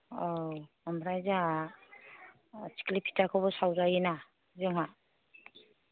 औ आमफ्राय जोंहा थिख्लि फिथाखौबो सावजायोना जोंहा